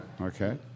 Okay